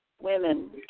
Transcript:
women